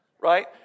right